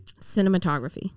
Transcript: Cinematography